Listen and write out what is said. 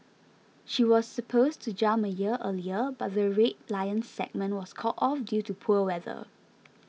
she was supposed to jump a year earlier but the Red Lions segment was called off due to poor weather